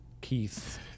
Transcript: Keith